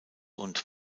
und